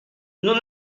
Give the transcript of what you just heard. nous